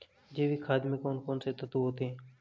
जैविक खाद में कौन कौन से तत्व होते हैं?